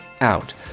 out